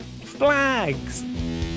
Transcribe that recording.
flags